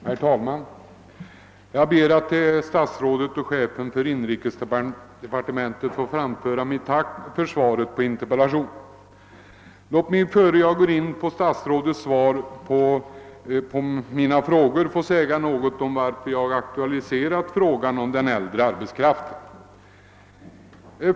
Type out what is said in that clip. ' Herr talman! Jag ber att till statsrå det och chefen för inrikesdepartementet få framföra mitt tack för svaret på interpellationen. Låt mig, innan jag går in på statsrådets svar, få säga några ord om varför jag aktualiserat frågan om den äldre arbetskraften.